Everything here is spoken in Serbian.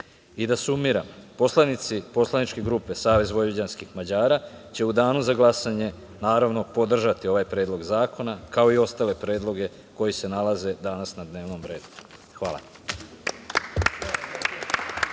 sumiram, poslanici poslaničke grupe Savez vojvođanskih Mađara će u danu za glasanje podržati ovaj predlog zakona, kao i ostale predloge koji se danas nalaze na dnevnom redu. Hvala.